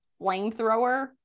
flamethrower